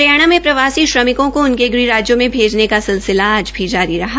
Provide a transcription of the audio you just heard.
हरियाणा में प्रवासी श्रमिकों को उनके ग़ह राज्यों में भेजने का सिलसिला आज भी जारी रहा